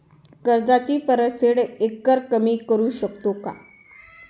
कर्जाची परतफेड एकरकमी करू शकतो का?